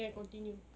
then I continue